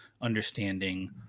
understanding